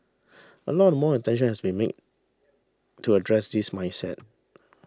a lot more attention has be made to address this mindset